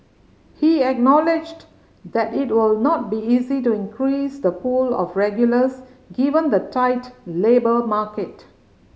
he acknowledged that it will not be easy to increase the pool of regulars given the tight labour market